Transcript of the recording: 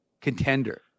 contender